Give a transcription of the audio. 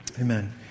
amen